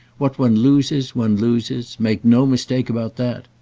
what one loses one loses make no mistake about that.